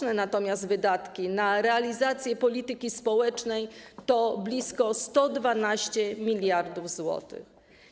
Natomiast łączne wydatki na realizację polityki społecznej to blisko 112 mld zł.